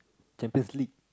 Champion's-League